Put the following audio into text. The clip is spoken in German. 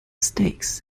steaks